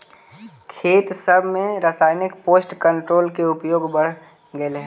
खेत सब में रासायनिक पेस्ट कंट्रोल के उपयोग बढ़ गेलई हे